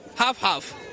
Half-half